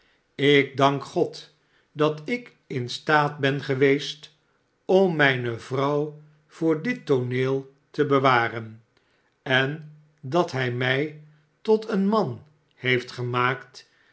ik dank god dat ik in staat ben geweest om mijne vrouw voor dittooneel te bewaren en dat hij mij tot een man heeft gemaakt